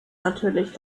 natürlich